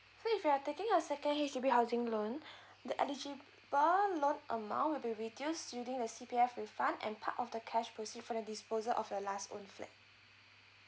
so if you are taking a second H_D_B housing loan the eligible loan amount will be reduced the C_P_F refund and part of the cash proceed from the disposal of your last owned flat